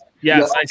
Yes